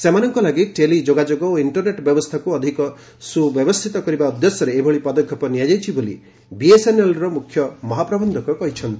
ସେମାନଙ୍କ ଲାଗି ଟେଲି ଯୋଗାଯୋଗ ଓ ଇଷ୍ଟରନେଟ୍ ବ୍ୟବସ୍ଥାକୁ ଅଧିକ ସୁବ୍ୟବସ୍ଥିତ କରିବା ଉଦ୍ଦେଶ୍ୟରେ ଏଭଳି ପଦକ୍ଷେପ ନିଆଯାଇଛି ବୋଲି ବିଏସ୍ଏନ୍ଏଲ୍ର ମୁଖ୍ୟ ମହାପ୍ରବନ୍ଧକ କହିଛନ୍ତି